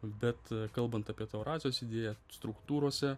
bet kalbant apie tą eurazijos idėją struktūrose